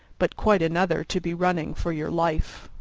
but quite another to be running for your life.